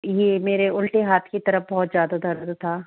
ये मेरे उल्टे हाथ की तरफ बहुत ज़्यादा दर्द था